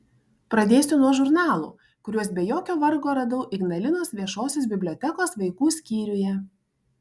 pradėsiu nuo žurnalų kuriuos be jokio vargo radau ignalinos viešosios bibliotekos vaikų skyriuje